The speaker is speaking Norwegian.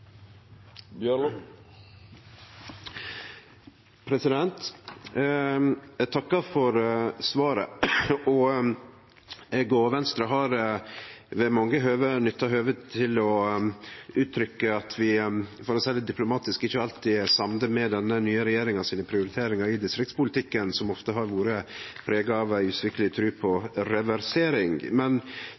Eg takkar for svaret. Eg og Venstre har ved mange høve nytta høvet til å uttrykke at vi – for å seie det diplomatisk – ikkje alltid er samde med den nye regjeringa sine prioriteringar i distriktspolitikken, som ofte har vore prega av ei usvikeleg tru på reversering.